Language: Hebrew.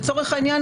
לצורך העניין,